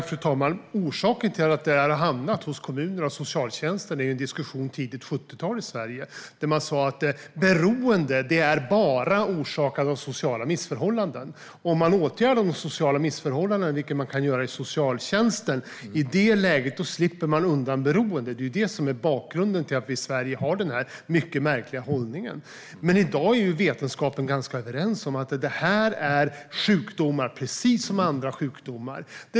Fru talman! Orsaken till att detta har hamnat hos kommuner och socialtjänst beror på en diskussion i Sverige från tidigt 70-tal. Man sa då att beroende bara är orsakat av sociala missförhållanden och om man åtgärdar dessa sociala missförhållanden, vilket man kan göra inom socialtjänsten, slipper man ifrån beroendet. Detta är bakgrunden till att vi har denna mycket märkliga hållning i Sverige. I dag är dock vetenskapen ganska överens om att det här handlar om en sjukdom precis som andra sjukdomar.